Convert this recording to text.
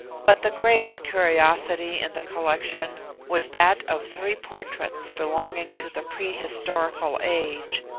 but the greatest curiosity in the collection was that of three portraits belonging to the pre-historical age,